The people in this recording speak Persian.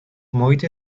محیط